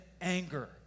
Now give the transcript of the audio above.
anger